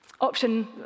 Option